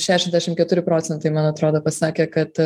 šešiasdešim keturi procentai man atrodo pasakė kad